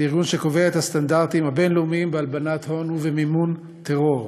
ארגון שקובע את הסטנדרטים הבין-לאומיים בהלבנת הון ובמימון טרור.